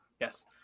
Yes